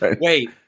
wait